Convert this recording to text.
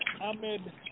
Ahmed